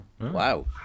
wow